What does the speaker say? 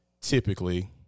typically